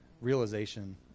realization